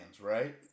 right